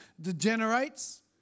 degenerates